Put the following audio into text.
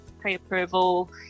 pre-approval